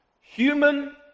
Human